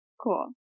Cool